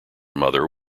mother